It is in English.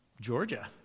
Georgia